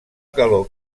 calor